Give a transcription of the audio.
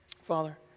Father